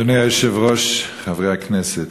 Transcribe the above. אדוני היושב-ראש, חברי הכנסת,